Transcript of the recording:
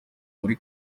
muri